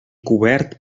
cobert